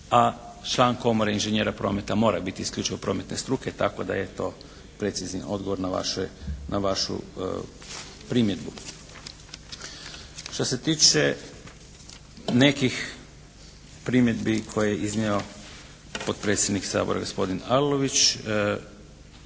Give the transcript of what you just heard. a član Komore inženjera prometa mora biti isključivo prometne struke tako da precizni odgovor na vašu primjedbu. Što se tiče nekih primjedbi koje je iznio potpredsjednik Sabora gospodin Arlović